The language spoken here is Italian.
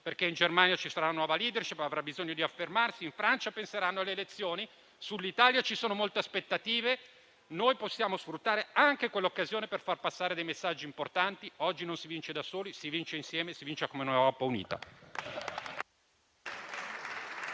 perché in Germania ci sarà una nuova *leadership*, che avrà bisogno di affermarsi, e in Francia penseranno alle elezioni. Sull'Italia ci sono molte aspettative e possiamo sfruttare anche quell'occasione per far passare messaggi importanti. Oggi non si vince da soli, ma insieme, come Europa unita.